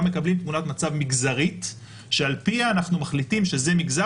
מקבלים תמונת מצב מגזרית שעל פיה אנחנו מחליטים שזה מגזר